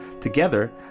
Together